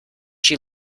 she